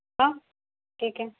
ہاں ٹھیک ہے